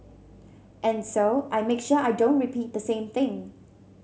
and so I make sure I don't repeat the same thing